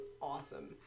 awesome